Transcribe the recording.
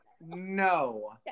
No